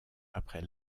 après